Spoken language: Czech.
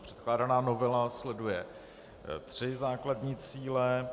Předkládaná novela sleduje tři základní cíle.